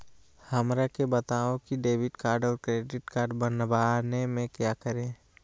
हमरा के बताओ की डेबिट कार्ड और क्रेडिट कार्ड बनवाने में क्या करें?